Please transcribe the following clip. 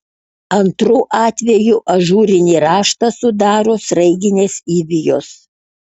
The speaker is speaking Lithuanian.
antru atvejų ažūrinį raštą sudaro sraiginės įvijos